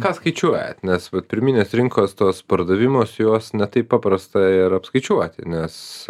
ką skaičiuojat nes vat pirminės rinkos tuos pardavimus juos ne taip paprasta ir apskaičiuoti nes